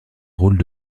rôles